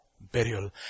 burial